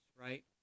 right